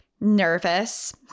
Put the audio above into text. nervous